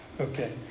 Okay